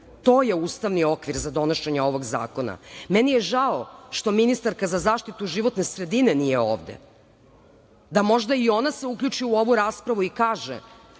To je ustavni okvir za donošenje ovog zakona. Meni je žao što ministarka za zaštitu životne sredine nije ovde, da se možda i ona uključi u ovu raspravu i kaže